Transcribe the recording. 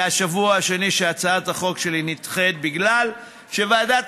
זה השבוע השני שהצעת החוק שלי נדחית בגלל שוועדת